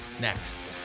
next